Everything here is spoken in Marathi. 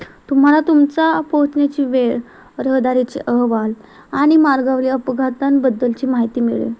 तुम्हाला तुमच्या पोहोचण्याची वेळ रहदारीचे अहवाल आणि मार्गावरील अपघातांबद्दलची माहिती मिळेल